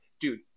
dude